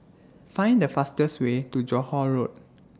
Find The fastest Way to Johore Road